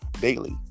daily